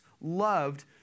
loved